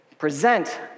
Present